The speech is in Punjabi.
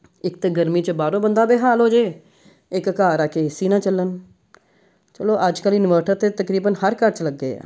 ਇੱਕ ਤਾਂ ਗਰਮੀ 'ਚ ਬਾਹਰੋਂ ਬੰਦਾ ਬੇਹਾਲ ਹੋ ਜਾਵੇ ਇੱਕ ਘਰ ਆ ਕੇ ਏ ਸੀ ਨਾ ਚੱਲਣ ਚਲੋ ਅੱਜ ਕੱਲ੍ਹ ਇਨਵਰਟਰ ਤਾਂ ਤਕਰੀਬਨ ਹਰ ਘਰ 'ਚ ਲੱਗੇ ਆ